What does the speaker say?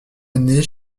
année